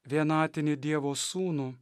vienatinį dievo sūnų